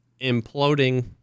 imploding